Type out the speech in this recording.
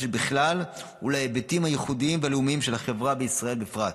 בכלל ולהיבטים הייחודיים והלאומיים של החברה בישראל בפרט.